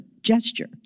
gesture